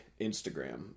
Instagram